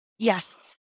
Yes